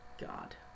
god